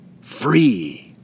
Free